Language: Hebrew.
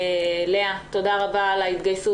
לאה, תודה רבה על ההתגייסות.